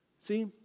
See